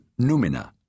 Numina